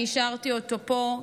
אני השארתי אותו פה,